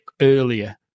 earlier